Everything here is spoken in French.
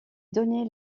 donner